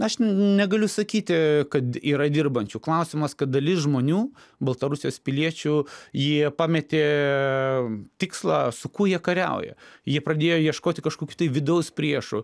aš negaliu sakyti kad yra dirbančių klausimas kad dalis žmonių baltarusijos piliečių jie pametė tikslą su kuo jie kariauja jie pradėjo ieškoti kažkokių tai vidaus priešų